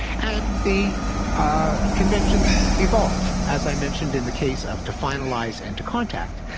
and the ah conventions evolve, as i mentioned in the case of to finalise and to contact,